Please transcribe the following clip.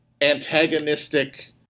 antagonistic